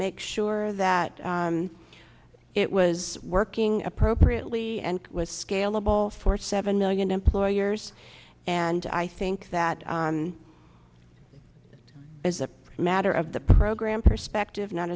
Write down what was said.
make sure that it was working appropriately and was scalable for seven million employers and i think that as a matter of the program perspective not